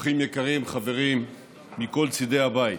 אורחים יקרים, חברים מכל צידי הבית,